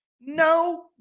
no